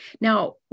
Now